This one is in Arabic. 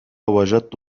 وجدت